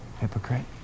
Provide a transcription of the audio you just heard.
Hypocrite